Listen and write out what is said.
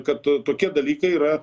kad tokie dalykai yra